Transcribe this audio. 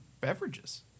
beverages